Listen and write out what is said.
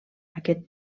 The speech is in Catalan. aquest